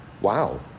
Wow